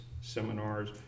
seminars